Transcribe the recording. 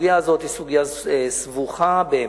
הסוגיה הזאת היא סוגיה סבוכה באמת.